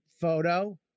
photo